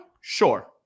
Sure